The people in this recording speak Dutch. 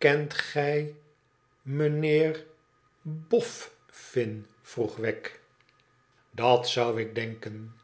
kent gij me neer bof fin vroeg wegg dat zou ik denken